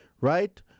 right